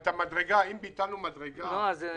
אם ביטלנו מדרגה המשכית,